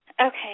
Okay